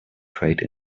trade